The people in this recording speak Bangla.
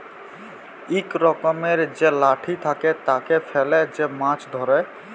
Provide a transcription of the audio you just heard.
ইক রকমের যে লাঠি থাকে, তাকে ফেলে যে মাছ ধ্যরে